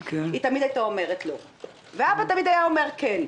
היא תמיד היתה אומרת לא ואבא תמיד היה אומר כן,